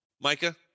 Micah